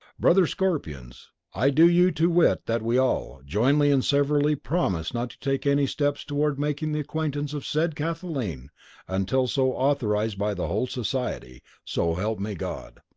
brother scorpions, i do you to wit that we all, jointly and severally, promise not to take any steps toward making the acquaintance of said kathleen until so authorized by the whole society. so help me god!